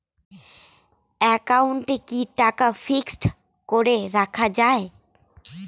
একাউন্টে কি টাকা ফিক্সড করে রাখা যায়?